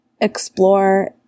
explore